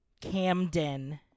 Camden